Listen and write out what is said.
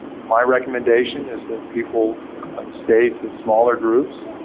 my recommendation is that people stay to smaller groups.